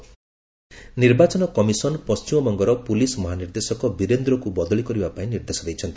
election commission ନିର୍ବାଚନ commission ପଶ୍ଚିମବଙ୍ଗର police ମହାନିର୍ଦ୍ଦେଶକ ବୀରେନ୍ଦ୍ରଙ୍କୁ ବଦଳି କରିବା ପାଇଁ ନିର୍ଦ୍ଦେଶ ଦେଇଛି